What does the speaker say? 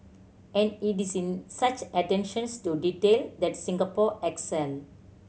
and it is in such attentions to detail that Singapore excel